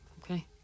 Okay